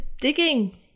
digging